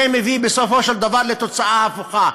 זה מביא בסופו של דבר לתוצאה הפוכה.